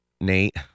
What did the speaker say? Nate